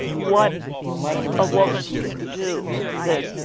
what a woman can do that?